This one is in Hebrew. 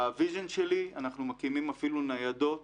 בוויז'ן שלי אנחנו מקימים אפילו ניידות